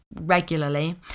regularly